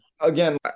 Again